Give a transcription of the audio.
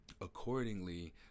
accordingly